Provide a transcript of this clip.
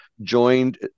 joined